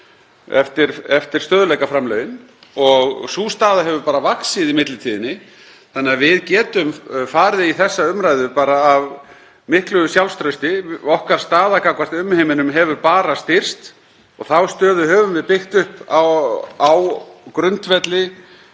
eftir stöðugleikaframlögin, og sú staða hefur bara vaxið í millitíðinni. Þannig að við getum farið í þessa umræðu af miklu sjálfstrausti. Staða okkar gagnvart umheiminum hefur bara styrkst. Þá stöðu höfum við byggt upp á grundvelli